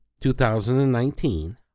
2019